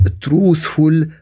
truthful